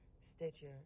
Stitcher